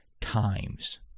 times